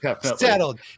Settled